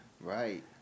Right